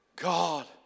God